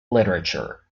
literature